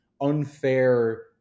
unfair